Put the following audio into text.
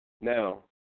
Now